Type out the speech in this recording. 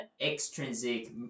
extrinsic